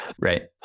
Right